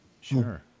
Sure